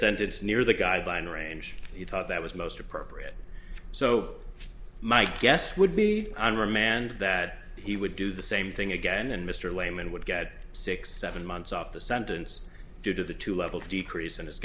sentence near the guideline range you thought that was most appropriate so my guess would be on remand that he would do the same thing again and mr lehmann would get six seven months off the sentence due to the two level decrease in his